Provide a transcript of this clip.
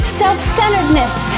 self-centeredness